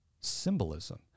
symbolism